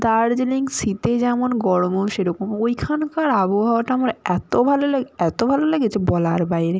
দার্জিলিং শীতে যেমন গরমেও সেরকম ওইখানকার আবহাওয়াটা আমার এতো ভালো লাগে এতো ভালো লাগে যে বলার বাইরে